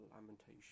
lamentation